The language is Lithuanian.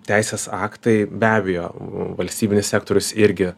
teisės aktai be abejo valstybinis sektorius irgi